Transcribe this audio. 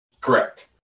Correct